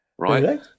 Right